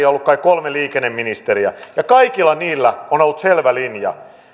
ollut kai kolme liikenneministeriä ja kaikilla heillä on ollut selvä linja